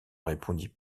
répondit